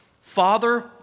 Father